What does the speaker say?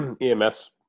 EMS